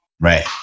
Right